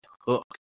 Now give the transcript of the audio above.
Hook